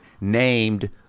named